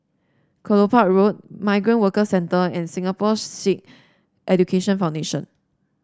Kelopak Road Migrant Workers Centre and Singapore Sikh Education Foundation